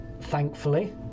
Thankfully